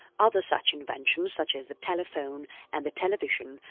other such inventions such as the telephone and the television,